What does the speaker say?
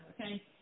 okay